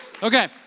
Okay